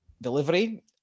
delivery